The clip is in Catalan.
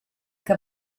que